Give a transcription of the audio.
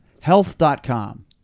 health.com